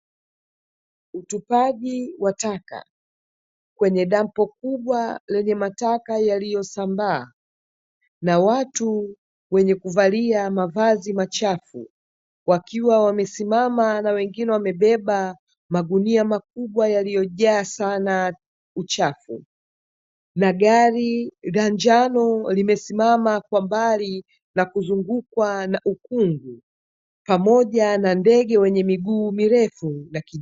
Utupaji wa taka kwenye dampo kubwa lenye mataka yaliyosambaa, na watu wenye kuvalia mavazi machafu wakiwa wamesimama na wengine wamebeba magunia makubwa yaliyojaa sana uchafu, na gari la njano limesimama kwa mbali na kuzungukwa na ukungu pamoja na ndege wenye miguu mirefu.